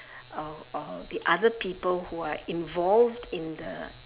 uh uh the other people who are involved in the